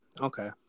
Okay